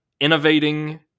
innovating